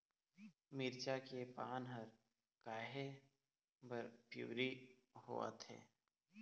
मिरचा के पान हर काहे बर पिवरी होवथे?